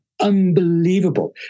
unbelievable